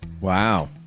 Wow